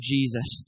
Jesus